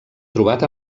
trobat